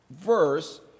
verse